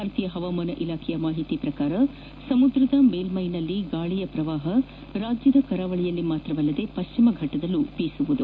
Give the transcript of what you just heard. ಭಾರತೀಯ ಹಮಾವಾನ ಇಲಾಖೆಯ ಮಾಹಿತಿ ಪ್ರಕಾರ ಸಮುದ್ರದ ಮೇಲೈಯಲ್ಲಿನ ಗಾಳಿಯ ಪ್ರವಾಹವು ರಾಜ್ಯದ ಕರಾವಳಿಯಲ್ಲಿ ಮಾತ್ರವಲ್ಲದೆ ಪಶ್ಚಿಮ ಘಟ್ಟದಲ್ಲೂ ಬೀಸಲಿದೆ